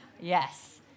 Yes